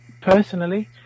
personally